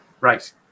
Right